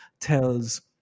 tells